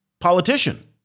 politician